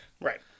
Right